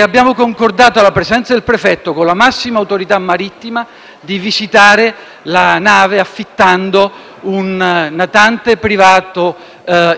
Abbiamo concordato alla presenza del prefetto, con la massima autorità marittima, di visitare la nave, affittando un natante privato